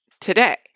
today